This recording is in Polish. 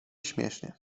śmiesznie